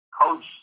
Coach